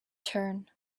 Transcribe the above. turn